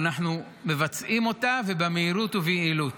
אנחנו מבצעים אותם ובמהירות וביעילות.